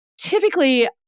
Typically